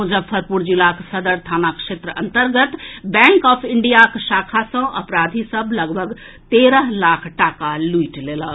मुजफ्फरपुर जिलाक सदर थाना क्षेत्र अंतर्गत बैंक ऑफ इंडियाक शाखा सॅ अपराधी सभ लगभग तेरह लाख टाका लूटि लेलक